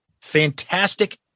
Fantastic